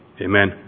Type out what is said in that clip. Amen